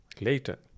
later